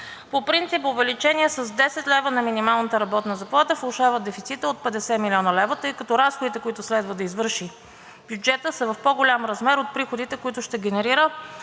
По принцип увеличение с 10 лв. на минималната работна заплата влошава дефицита от 50 млн. лв., тъй като разходите, които следва да извърши бюджетът, са в по-голям размер от приходите, които ще генерира